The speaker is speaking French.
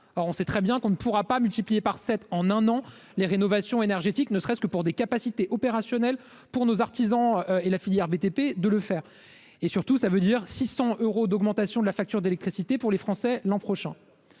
or on sait très bien qu'on ne pourra pas multiplié par 7 en un an, les rénovations énergétiques, ne serait-ce que pour des capacités opérationnelles pour nos artisans et la filière BTP de le faire et surtout ça veut dire 600 euros d'augmentation de la facture d'électricité pour les Français l'an prochain,